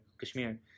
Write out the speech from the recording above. Kashmir